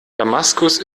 damaskus